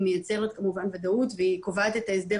היא מייצרת כמובן ודאות והיא קובעת את ההסדר